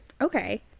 Okay